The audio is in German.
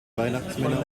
weihnachtsmänner